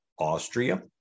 Austria